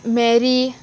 Mary